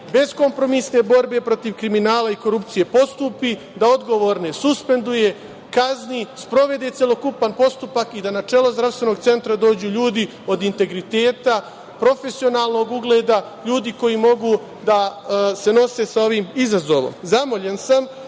beskompromisne borbe protiv kriminala i korupcije postupi, da odgovorne suspenduje, kazni, sprovede celokupan postupak i da na čelo zdravstvenog centra dođu ljudi od integriteta, profesionalnog ugleda, ljudi koji mogu da se nose sa ovim izazovom. Zamoljen sam